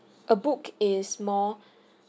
a book is more